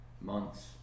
months